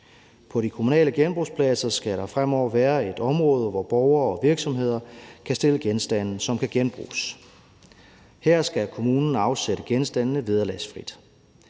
På de kommunale genbrugspladser skal der fremover være et område, hvor borgere og virksomheder kan stille genstande, som kan genbruges. Her skal kommunen afsætte genstandene vederlagsfrit.